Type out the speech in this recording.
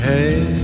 Hey